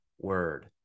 word